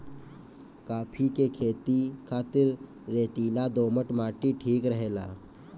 काफी के खेती खातिर रेतीला दोमट माटी ठीक रहेला